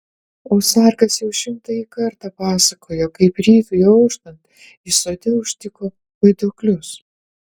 o sargas jau šimtąjį kartą pasakojo kaip rytui auštant jis sode užtiko vaiduoklius